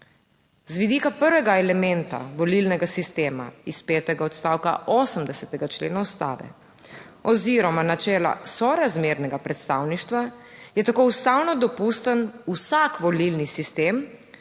Z vidika prvega elementa volilnega sistema iz petega odstavka 80. člena Ustave oziroma načela sorazmernega predstavništva je tako ustavno dopusten vsak volilni sistem,